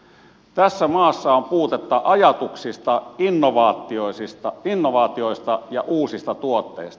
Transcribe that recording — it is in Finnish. tässä maassa on puutetta ajatuksista innovaatioista ja uusista tuotteista